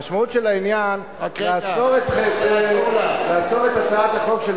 המשמעות של העניין: לעצור את הצעת החוק -- רק רגע,